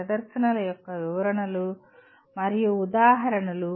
ప్రదర్శనల యొక్క వివరణలు మరియు ఉదాహరణలు